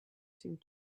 seemed